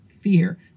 fear